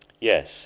Yes